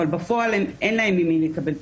אבל בפועל אין להן ממי לקבל פיצוי.